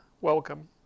welcome